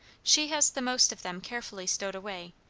she has the most of them carefully stowed away,